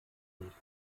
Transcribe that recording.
liegt